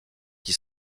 qui